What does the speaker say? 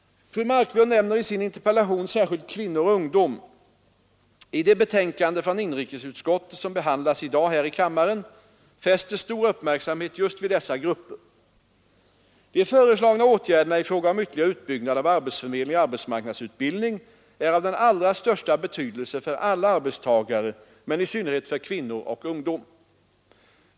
Fru Marklund nämner i sin interpellation särskilt kvinnor och ungdom. I det betänkande från inrikesutskottet som behandlas i dag här i kammaren fästes stor uppmärksamhet just vid dessa grupper. De föreslagna åtgärderna i fråga om ytterligare utbyggnad av arbetsförmedling och arbetsmarknadsutbildning är av den allra största betydelse för alla arbetstagare men i synnerhet för kvinnor och ungdom.